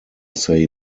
say